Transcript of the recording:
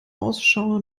ausschau